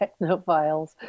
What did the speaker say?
Technophiles